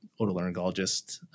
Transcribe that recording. otolaryngologist